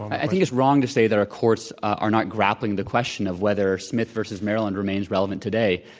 i think it's wrong to say that our courts are not grappling the question of whether smith v. maryland remains relevant today.